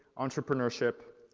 entrepreneurship,